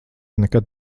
nekad